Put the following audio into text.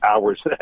hours